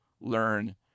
learn